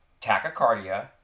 tachycardia